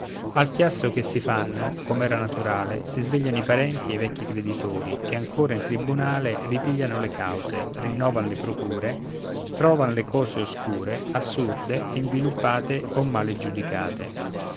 al chiasso ch'essi fanno com'era naturale si svegliano i parenti e i vecchi creditori che ancora in tribunale ripigliano le cause rinnovan le procure trovan le cose oscure assurde inviluppate o male giudicate